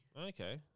Okay